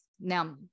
Now